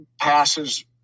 passes